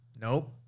nope